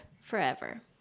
forever